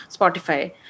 Spotify